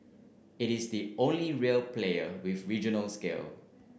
it is the only real player with regional scale